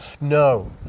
No